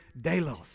delos